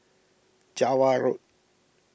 Java Road